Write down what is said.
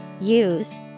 use